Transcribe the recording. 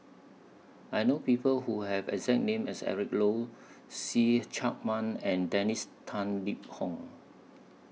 I know People Who Have exact name as Eric Low See Chak Mun and Dennis Tan Lip Fong